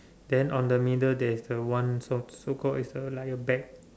then on the middle there is a one so so call it's a like a bag